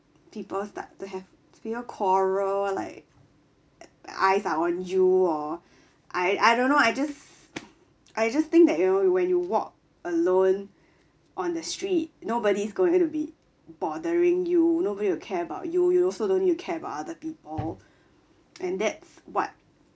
people start to have people quarrel like eyes are on you or I I don't know I just I just think that you know when you walk alone on the street nobody's going to be bothering you nobody will care about you you also don't need to care about other people and that's what